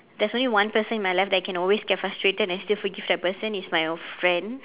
there's only one person in my life I can always get frustrated and I still forgive that person is my old friend